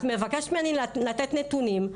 את מבקשת ממני לתת נתונים.